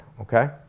okay